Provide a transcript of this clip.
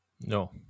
No